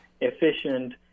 efficient